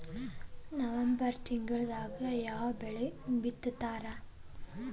November ತಿಂಗಳದಾಗ ಯಾವ ಬೆಳಿ ಬಿತ್ತತಾರ?